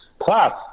Plus